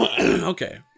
Okay